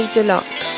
Deluxe